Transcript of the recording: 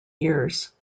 years